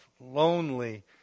lonely